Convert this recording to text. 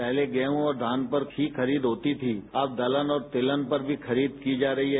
पहले गेह और धान पर ही खरीद होती थी अब दलहन और तिलहन पर भी खरीद की जा रही है